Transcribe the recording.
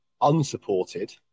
Unsupported